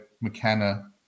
McKenna